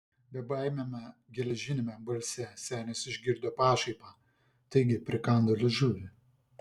bebaimiame geležiniame balse senis išgirdo pašaipą taigi prikando liežuvį